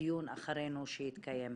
דיון אחרינו שיתקיים.